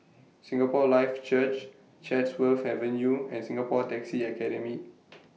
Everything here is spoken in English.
Singapore Life Church Chatsworth Avenue and Singapore Taxi Academy